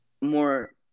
more